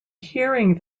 hearing